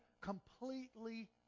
completely